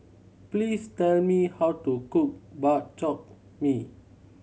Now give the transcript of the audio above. please tell me how to cook Bak Chor Mee